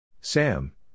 Sam